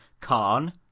Khan